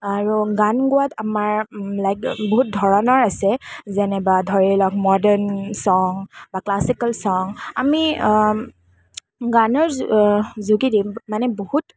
আৰু গান গোৱাত আমাৰ লাইক বহুত ধৰণৰ আছে যেনিবা ধৰি লওক মডাৰ্ণ ছং বা ক্লাছিকেল ছং আমি গানৰ যোগেদি মানে বহুত